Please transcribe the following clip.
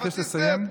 אבקש לסיים.